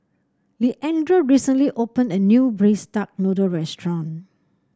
Leandra recently opened a new Braised Duck Noodle restaurant